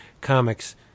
comics